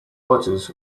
rogers